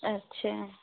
अच्छा